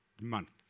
month